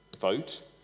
vote